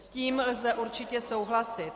S tím lze určitě souhlasit.